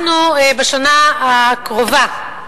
בשנה הקרובה,